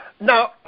Now